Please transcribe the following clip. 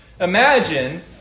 Imagine